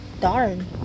Darn